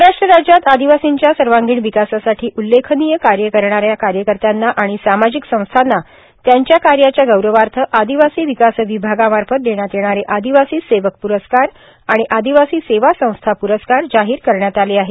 महाराष्ट्र राज्यात आदिवासींच्या सर्वागिण विकासासाठी उल्लेखनीय कार्य करणाऱ्या कार्यकर्त्याना आणि सामाजिक संस्थांना त्यांच्या कार्याच्या गौरवार्थ आदिवासी विकास विभागामार्फत देण्यात येणारे आदिवासी सेवक प्रस्कार आणि आदिवासी सेवा संस्था पुरस्कार जाहीर करण्यात आले आहेत